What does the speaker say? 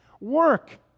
work